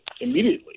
immediately